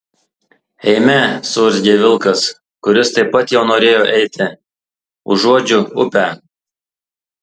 eime suurzgė vilkas kuris taip pat jau norėjo eiti užuodžiu upę